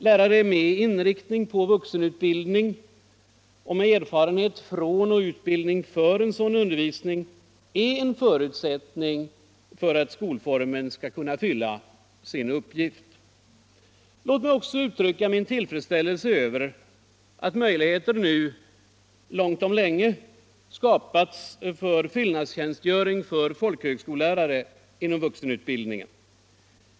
Lärare med inriktning på vuxenutbildning och med erfarenhet från och utbildning för sådan undervisning är en förutsättning för att skolformen skall kunna fylla sin uppgift Låt mig också uttrycka min tillfredsställelse över att möjligheter nu — långt om länge — har skapats till fyllnadstjänstgöring för folkhögskollärare inom vuxenutbildningen.